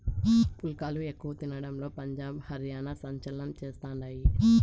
పుల్కాలు ఎక్కువ తినడంలో పంజాబ్, హర్యానా సంచలనం చేస్తండాయి